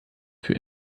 für